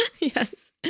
Yes